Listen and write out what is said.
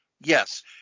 yes